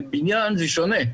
בבניין זה שונה,